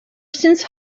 since